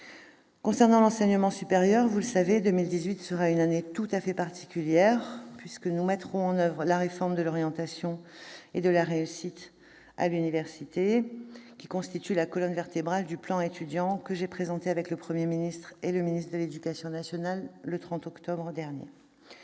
Concernant l'enseignement supérieur, vous le savez, 2018 sera une année tout à fait particulière, puisque nous mettrons en oeuvre la réforme de l'orientation et de la réussite à l'université, qui constitue la colonne vertébrale du plan Étudiants que j'ai présenté, avec le Premier ministre et le ministre de l'éducation nationale, le 30 octobre dernier.